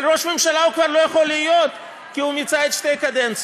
אבל ראש הממשלה הוא כבר לא יכול להיות כי הוא מיצה את שתי הקדנציות,